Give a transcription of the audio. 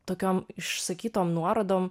tokiom išsakytom nuorodom